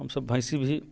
हम सभ भैँसी भी